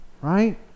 Right